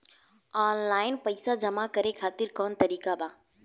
Online पइसा जमा करे खातिर कवन तरीका बा?